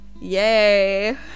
Yay